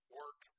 work